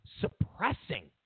suppressing